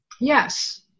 Yes